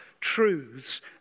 truths